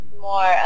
more